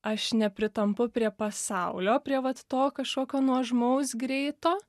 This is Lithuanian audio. aš nepritampu prie pasaulio prie vat to kažkokio nuožmaus greito